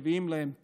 מביאים להם פרח,